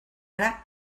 ara